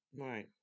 Right